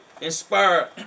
Inspire